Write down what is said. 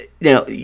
Now